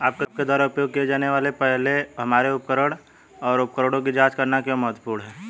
आपके द्वारा उपयोग किए जाने से पहले हमारे उपकरण और उपकरणों की जांच करना क्यों महत्वपूर्ण है?